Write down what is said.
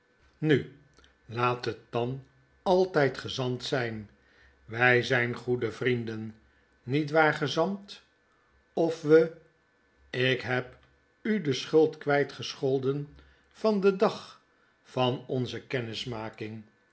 nu laat het dan altijd gezant zyn wy zyn goede vrienden niet waar gezant of we ik heb u de schuld kwijt gescholden van den dag van onze